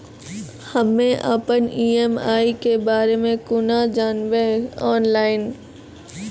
हम्मे अपन ई.एम.आई के बारे मे कूना जानबै, ऑनलाइन?